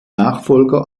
nachfolger